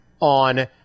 on